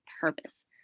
purpose